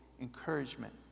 encouragement